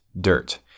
dirt